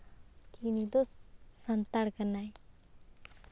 ᱠᱤ ᱱᱩᱭᱫᱚ ᱥᱟᱱᱛᱟᱲ ᱠᱟᱱᱟᱭ